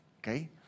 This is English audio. okay